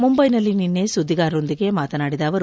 ಮುಂಬೈನಲ್ಲಿ ನಿನ್ನೆ ಸುದ್ದಿಗಾರರೊಂದಿಗೆ ಮಾತನಾಡಿದ ಅವರು